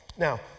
Now